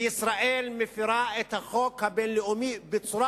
וישראל מפירה את החוק הבין-לאומי בצורה